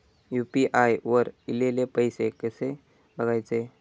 UPI वर ईलेले पैसे कसे बघायचे?